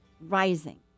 rising